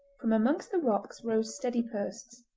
from amongst the rocks rose sturdy posts,